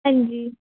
ਹਾਂਜੀ